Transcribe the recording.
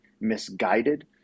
misguided